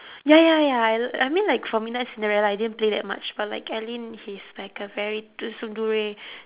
ya ya ya I I mean like for midnight-cinderella I didn't play that much but like alyn he's like a very tu~ tsundere